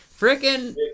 freaking